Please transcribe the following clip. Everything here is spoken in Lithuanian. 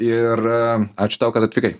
ir ačiū tau kad atvykai